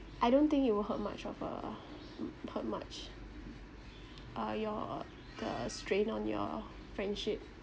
I don't think it will hurt much of a hurt much uh your the strain on your friendship